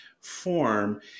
form